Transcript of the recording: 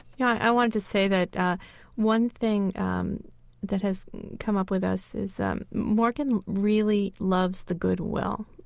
yeah i want to say that one thing um that has come up with us is um morgan really loves the goodwill,